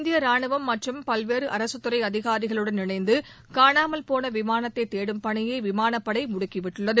இந்திய ராணுவம் மற்றும் பல்வேறு அரசுத்துறை அதிகாரிகளுடன் இணைந்து காணாமல்போன விமானத்தை தேடும் பணியை விமானப்படை முடிக்கிவிட்டுள்ளது